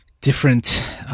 different